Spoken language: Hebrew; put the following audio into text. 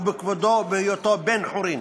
בכבודו ובהיותו בן-חורין.